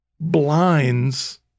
blinds